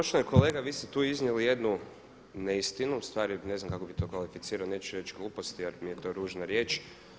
Poštovani kolega vi ste tu iznijeli jednu neistinu, ustvari ne znam kako bi to kvalificirao, neću reći glupost jer mi je to ružna riječ.